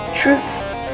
truths